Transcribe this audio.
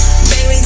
Baby